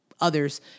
others